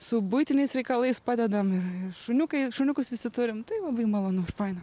su buitiniais reikalais padedam ir ir šuniukai šuniukus visi turim tai labai malonu faina